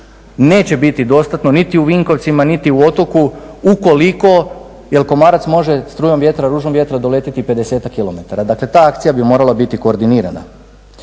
neće biti dostatno, niti u Vinkovcima, niti u Otoku ukoliko, jer komarac može strujom vjetra, ružom vjetra doletiti pedesetak kilometara. Dakle, ta akcija bi morala biti koordinirana.